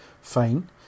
Fine